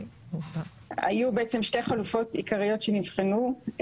היו בעצם שתי חלופות עיקריות שנבחנו,